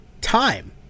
time